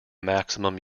maximum